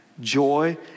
joy